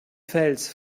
fels